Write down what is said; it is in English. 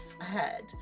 ahead